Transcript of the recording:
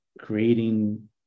creating